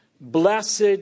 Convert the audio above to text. blessed